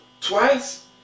Twice